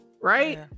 right